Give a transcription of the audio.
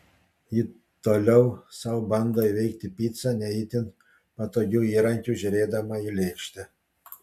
ji toliau sau bando įveikti picą ne itin patogiu įrankiu žiūrėdama į lėkštę